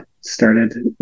started